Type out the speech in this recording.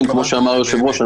כמו שאמר היושב-ראש,